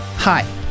Hi